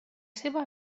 seva